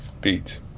beats